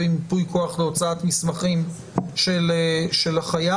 עם ייפוי כוח להוצאת מסמכים של החייב.